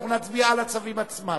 אנחנו נצביע על הצווים עצמם,